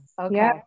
Okay